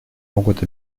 могут